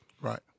Right